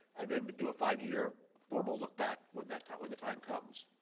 and then but do a five year formal lookback when that time when the time comes.